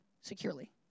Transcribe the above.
securely